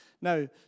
Now